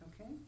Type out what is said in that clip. Okay